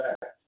back